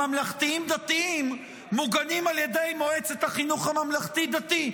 הממלכתיים-דתיים מוגנים על ידי מועצת החינוך הממלכתי-דתי,